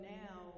now